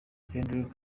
kendrick